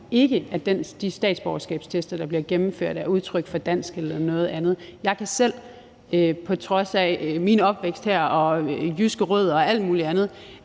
ikke, at de statsborgerskabstest, der bliver gennemført, er udtryk for danskhed eller noget andet. På trods af min opvækst her med jyske rødder og alt muligt andet